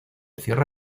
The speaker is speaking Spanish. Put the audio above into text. cierra